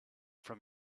from